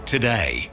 Today